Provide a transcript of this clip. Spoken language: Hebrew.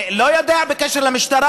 אני לא יודע בקשר למשטרה,